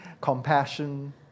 Compassion